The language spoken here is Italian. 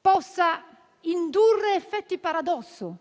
possa indurre effetti paradossali.